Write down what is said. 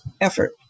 effort